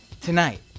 tonight